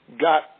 got